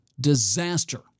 disaster